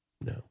no